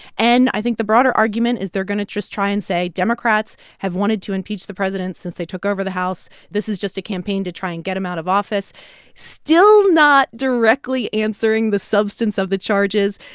and i think the broader argument is they're going to just try and say democrats have wanted to impeach the president since they took over the house. this is just a campaign to try and get him out of office still not directly answering the substance of the charges.